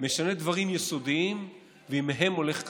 משנה דברים יסודיים, ומהם הולך קדימה.